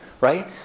right